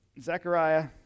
Zechariah